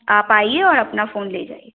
आप आइए और अपना फ़ोन ले जाइए